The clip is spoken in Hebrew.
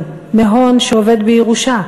מהון שעובר בירושה,